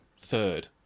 third